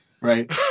Right